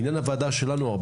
בעניין הוועדה שלנו,